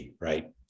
right